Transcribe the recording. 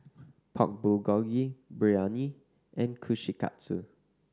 Pork Bulgogi Biryani and Kushikatsu